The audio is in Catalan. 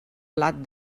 blat